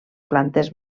plantes